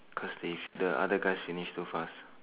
cause they the other guys finish too fast